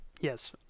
Yes